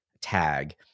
tag